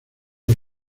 los